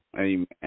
Amen